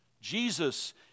Jesus